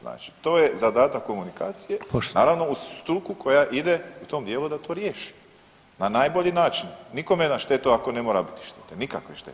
Znači to je zadatak komunikacije, naravno uz struku koja ide u tom dijelu da to riješi na najbolji način, nikome na štetu ako ne mora biti ništa, nikakve štete.